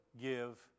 give